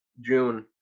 June